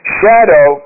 shadow